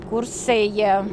kursai jie